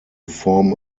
form